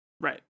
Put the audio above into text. Right